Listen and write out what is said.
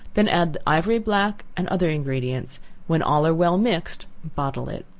then add the ivory black and other ingredients when all are well mixed, bottle it.